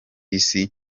isi